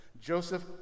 Joseph